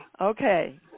okay